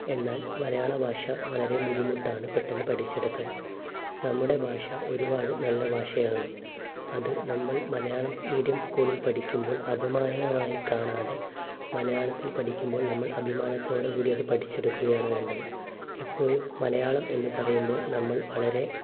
എന്നാൽ മലയാള ഭാഷ വളരെ ബുദ്ധിമുട്ടാണ് പെട്ടെന്ന് പഠിച്ചെടുക്കാൻ നമ്മുടെ ഭാഷ ഒരുപാട് നല്ല ഭാഷയാണ് അത് നമ്മൾ മലയാളം മീഡിയം സ്കൂളിൽ പഠിക്കുമ്പോൾ അപമാനമായി കാണാതെ മലയാളത്തിൽ പഠിക്കുമ്പോൾ നമ്മൾ അഭിമാനത്തോടുകൂടി അത് പഠിച്ചെടുക്കുകയാണ് വേണ്ടത് എപ്പോയും മലയാളം എന്ന് പറയുമ്പോൾ നമ്മൾ വളരെ